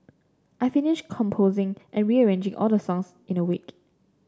I finished composing and rearranging all the songs in a week